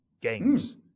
games